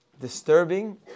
disturbing